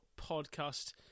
podcast